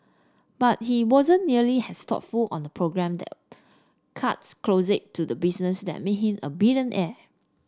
but he wasn't nearly as thoughtful on the problem that cuts closest to the business that's made him a billionaire